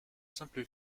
simple